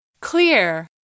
Clear